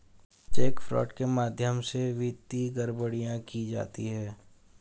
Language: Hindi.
चेक फ्रॉड के माध्यम से वित्तीय गड़बड़ियां की जाती हैं